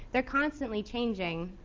they're constantly changing.